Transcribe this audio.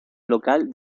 local